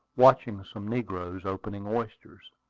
watching some negroes opening oysters.